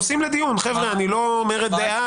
חבר'ה, אני לא אומר דעה.